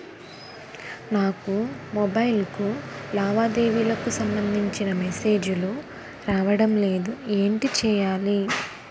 నాకు మొబైల్ కు లావాదేవీలకు సంబందించిన మేసేజిలు రావడం లేదు ఏంటి చేయాలి?